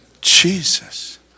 Jesus